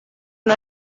una